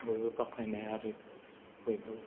बयबो बाखनायनाय आरो बयबो